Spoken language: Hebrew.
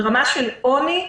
ברמה של עוני,